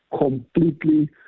completely